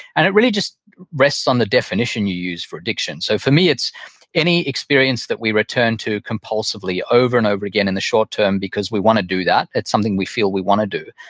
and it really just rests on the definition use for addiction. so for me, it's any experience that we return to compulsively over and over again in the short term because we want to do that. it's something we feel we want to do.